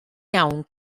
iawn